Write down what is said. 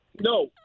No